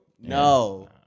No